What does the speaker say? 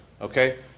okay